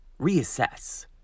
reassess